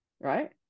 right